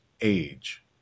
Age